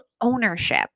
ownership